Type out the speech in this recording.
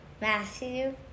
Matthew